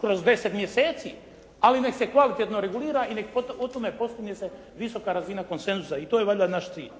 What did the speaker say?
kroz deset mjeseci ali nek se kvalitetno regulira i neka se u tome postigne visoka razina konsenzusa. I to je valjda naš cilj.